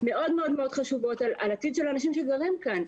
מאוד חשובות על עתיד האנשים שגרים כאן.